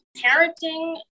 parenting